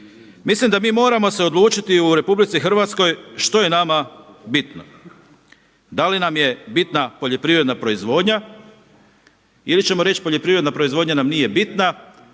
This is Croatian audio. Mislim da mi moramo se odlučiti u RH što je nama bitno. Da li nam je bitna poljoprivredna proizvodnja ili ćemo poljoprivredna proizvodnja nam nije bitna,